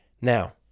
Now